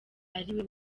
ariwe